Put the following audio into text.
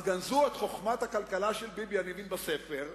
אז גנזו את חוכמת הכלכלה של ביבי בספר,